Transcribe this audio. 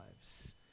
lives